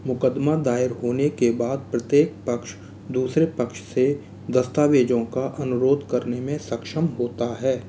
मुकदमा दायर होने के बाद प्रत्येक पक्ष दूसरे पक्ष से दस्तावेजों का अनुरोध करने में सक्षम होता है